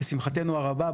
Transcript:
לשמחתנו הרבה,